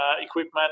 equipment